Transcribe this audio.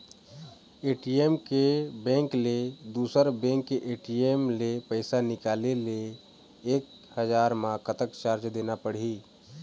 ATM के bank ले दुसर बैंक के ए.टी.एम ले पैसा निकाले ले एक हजार मा कतक चार्ज देना पड़ही?